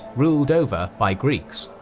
ruled over by greeks.